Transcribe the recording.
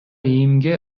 иимге